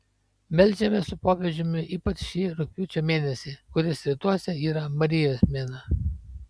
meldžiamės su popiežiumi ypač šį rugpjūčio mėnesį kuris rytuose yra marijos mėnuo